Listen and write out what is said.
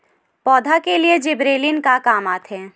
पौधा के लिए जिबरेलीन का काम आथे?